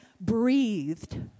breathed